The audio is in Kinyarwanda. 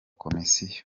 komisiyo